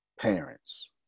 parents